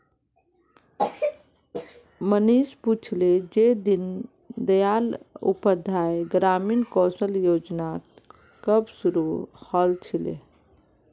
मनीष पूछले जे दीन दयाल उपाध्याय ग्रामीण कौशल योजना कब शुरू हल छिले